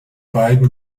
beiden